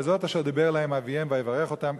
וזאת אשר דבר להם אביהם ויברך אותם,